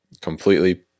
completely